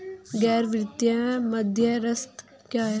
गैर वित्तीय मध्यस्थ क्या हैं?